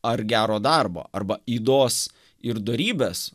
ar gero darbo arba ydos ir dorybės